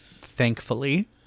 thankfully